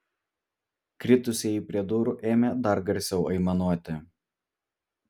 kritusieji prie durų ėmė dar garsiau aimanuoti